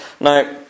Now